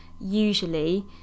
usually